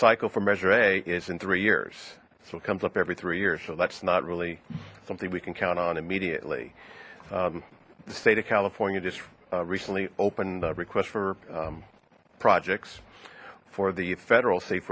cycle for measure a is in three years so it comes up every three years so that's not really something we can count on immediately the state of california just recently opened requests for projects for the federal safe